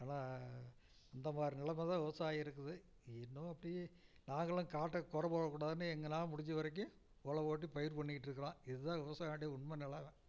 ஆனால் இந்த மாதிரி நிலமை தான் விவசாயம் இருக்குது இன்னும் அப்படியே நாங்களும் காட்டை கொறை போடக் கூடாதுனு எங்களால் முடிஞ்ச வரைக்கும் ஒல ஓட்டி பயிர் பண்ணிக்கிட்டு இருக்கிறோம் இது தான் விவசாயியுடைய உண்மை நெலமை